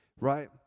right